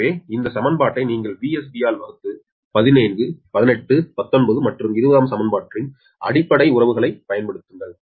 எனவே இந்த சமன்பாட்டை நீங்கள் VsB ஆல் வகுத்து 17 18 19 மற்றும் 20 சமன்பாட்டின் அடிப்படை உறவுகளை பயன்படுத்துகிறீர்கள்